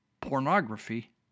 pornography